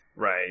Right